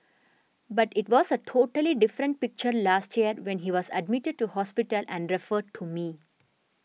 but it was a totally different picture last year when he was admitted to hospital and referred to me